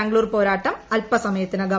ബാംഗ്ലൂർ പോരാട്ടം അൽപ്പ സമയത്തിനകം